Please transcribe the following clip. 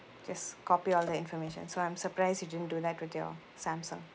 just copy all the information so I'm surprised you didn't do that with your samsung